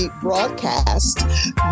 broadcast